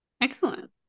excellent